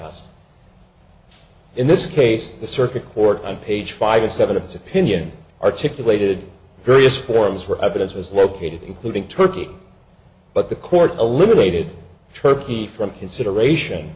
us in this case the circuit court on page five and seven of its opinion articulated various forms were evidence was located including turkey but the court eliminated turkey from consideration